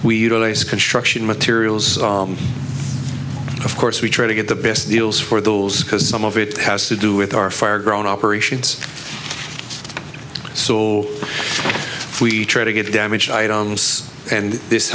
we utilize construction materials of course we try to get the best deals for those because some of it has to do with our fire grown operations so we try to get which items and this